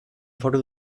foru